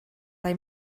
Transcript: they